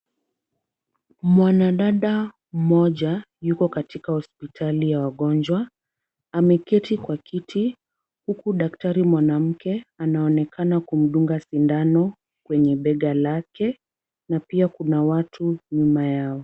Mwanadada mmoja yuko katika hospitali ya wagonjwa. Ameketi kwa kiti huku daktari mwanamke anaonekana kumdunga sindano kwenye bega lake na pia kuna watu nyuma yao.